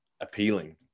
appealing